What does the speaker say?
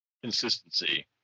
consistency